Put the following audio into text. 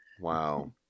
Wow